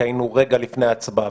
כי היינו רגע לפני ההצבעה.